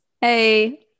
Hey